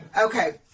Okay